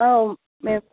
ꯑꯧ ꯃꯦꯝ